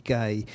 gay